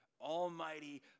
almighty